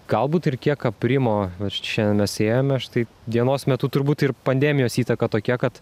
galbūt ir kiek aprimo vat šiandien mes ėjom štai dienos metu turbūt ir pandemijos įtaka tokia kad